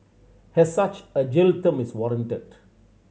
as such a jail term is warranted